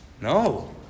No